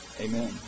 Amen